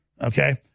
Okay